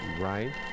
Right